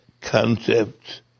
concepts